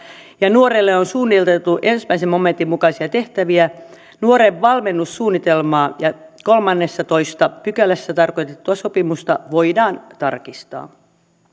ja nuorelle on suunniteltu ensimmäisen momentin mukaisia tehtäviä nuoren valmennussuunnitelmaa ja kolmannessatoista pykälässä tarkoitettua sopimusta voidaan tarkistaa